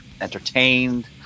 entertained